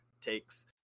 takes